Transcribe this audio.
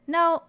Now